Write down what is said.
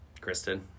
Kristen